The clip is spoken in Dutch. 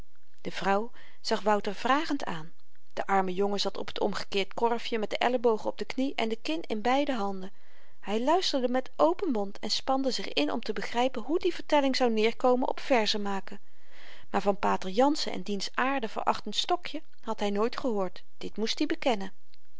de vrouw zag wouter vragend aan de arme jongen zat op t omgekeerd korfje met de ellebogen op de knie en de kin in beide handen hy luisterde met open mond en spande zich in om te begrypen hoe die vertelling zou neêrkomen op verzemaken maar van pater jansen en diens aarde verachtend stokje had hy nooit gehoord dit moest i bekennen